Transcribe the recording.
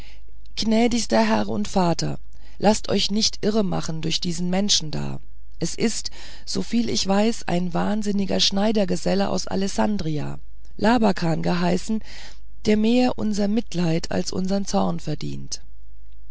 gnädigster herr und vater laßt euch nicht irremachen durch diesen menschen da es ist soviel ich weiß ein wahnsinniger schneidergeselle aus alessandria labakan geheißen der mehr unser mitleid als unsern zorn verdient